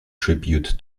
tribute